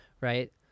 right